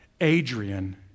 Adrian